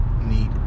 Neat